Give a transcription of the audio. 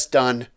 done